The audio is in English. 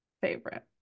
favorite